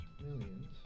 millions